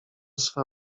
swe